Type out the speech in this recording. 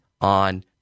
on